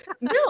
no